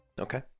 Okay